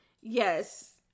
yes